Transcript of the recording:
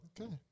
Okay